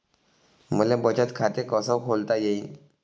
मले बचत खाते कसं खोलता येईन?